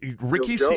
Ricky